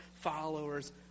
followers